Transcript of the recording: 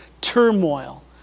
turmoil